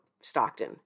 Stockton